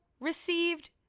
received